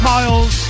Miles